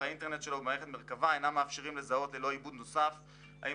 האינטרנט שלו ובמערכת מרכב"ה אינם מאפשרים לזהות ללא עיבוד נוסף האם